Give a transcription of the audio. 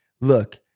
look